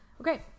Okay